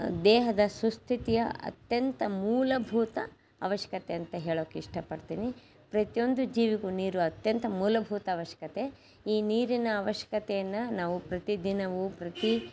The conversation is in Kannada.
ದೇಹದ ಸುಸ್ಥಿತಿಯ ಅತ್ಯಂತ ಮೂಲಭೂತ ಅವಶ್ಯಕತೆ ಅಂತ ಹೇಳೋಕ್ಕೆ ಇಷ್ಟಪಡ್ತೀನಿ ಪ್ರತಿಯೊಂದು ಜೀವಿಗೂ ನೀರು ಅತ್ಯಂತ ಮೂಲಭೂತ ಅವಶ್ಯಕತೆ ಈ ನೀರಿನ ಅವಶ್ಯಕತೆಯನ್ನ ನಾವು ಪ್ರತಿದಿನವೂ ಪ್ರತಿ